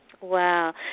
Wow